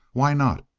why not?